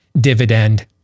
dividend